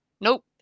Nope